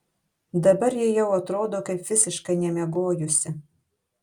dabar ji jau atrodo kaip visiškai nemiegojusi